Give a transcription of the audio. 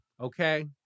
okay